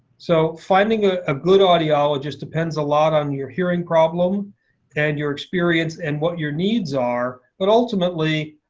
so finding ah a good audiologist depends a lot on your hearing problem and your experience and what your needs are. but ultimately,